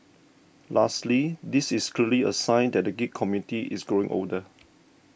lastly this is clearly a sign that the geek community is growing older